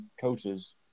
coaches